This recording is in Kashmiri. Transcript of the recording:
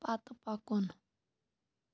پتہٕ پکُن